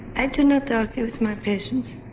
i do not argue with my patients.